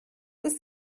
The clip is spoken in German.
ist